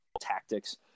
tactics